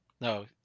no